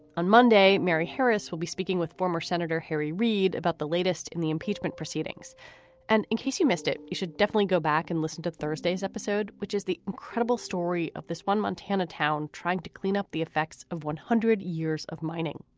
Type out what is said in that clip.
on monday, mary harris will be speaking with former senator harry reid about the latest in the impeachment proceedings and in case you missed it, you should definitely go back and listen to thursday's episode, which is the incredible story of this one montana town trying to clean up the effects of one hundred years of mining.